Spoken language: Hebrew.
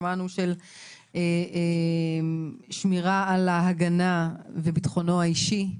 של שמירה על ההגנה וביטחונו האישי?